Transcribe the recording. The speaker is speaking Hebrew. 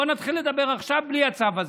בוא נתחיל לדבר עכשיו בלי הצו הזה.